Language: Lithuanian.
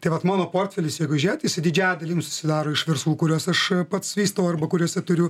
tai vat mano portfelis jeigu žėt jisai didžiąja dalim susidaro iš verslų kuriuos aš pats vystau arba kuriuose turiu